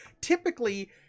typically